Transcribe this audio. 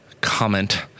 comment